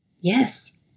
Yes